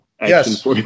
Yes